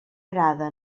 arada